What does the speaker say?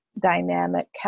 dynamic